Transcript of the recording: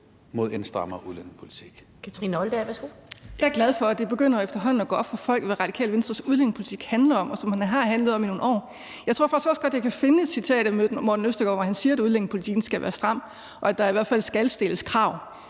mod en strammere udlændingepolitik,